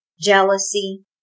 jealousy